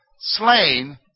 slain